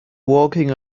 walking